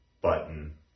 Button